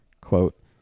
quote